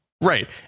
Right